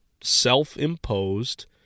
self-imposed